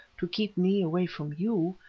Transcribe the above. to keep me away from you,